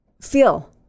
feel